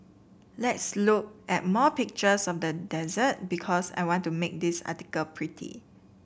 let's look at more pictures of the dessert because I want to make this article pretty